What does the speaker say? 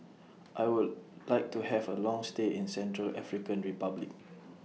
I Would like to Have A Long stay in Central African Republic